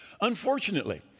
Unfortunately